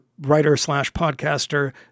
writer-slash-podcaster